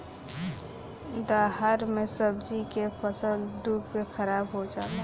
दहाड़ मे सब्जी के फसल डूब के खाराब हो जला